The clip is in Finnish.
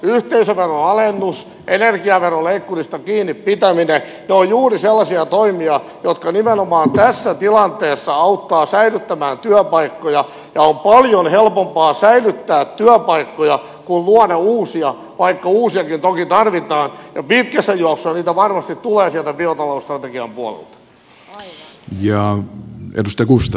yhteisöveron alennus energiaveroleikkurista kiinni pitäminen ovat juuri sellaisia toimia jotka nimenomaan tässä tilanteessa auttavat säilyttämään työpaikkoja ja on paljon helpompaa säilyttää työpaikkoja kuin luoda uusia vaikka uusiakin toki tarvitaan ja pitkässä juoksussa niitä varmasti tulee sieltä biotalousstrategian puolelta